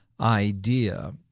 idea